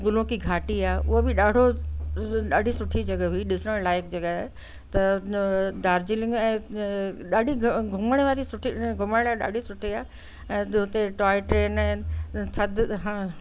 गुलमुखी घाटी आहे उहो बि ॾाढो ॾाढी सुठी जॻहि हुई ॾिसण लाइ जॻहि आहे त डार्जलिंग ऐं ॾाढी घुमणु वारी सुठी घुमण लाइ ॾाढी सुठी आहे ऐं बि हुते टॉय ट्रेन थधि